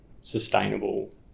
sustainable